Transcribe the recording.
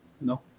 No